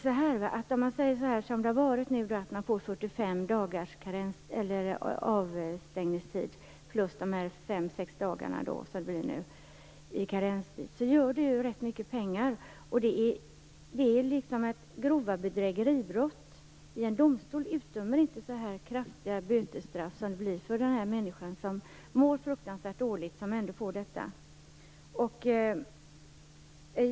Som det är i dag får man 45 dagars avstängningstid plus fem sex dagar i karenstid. Det innebär rätt mycket i pengar räknat. Det är liksom i grova bedrägeribrott, att en domstol inte utdömer så kraftiga bötesstraff som skulle vara motiverat med tanke på att den här människan mår fruktansvärt dåligt.